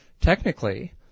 technically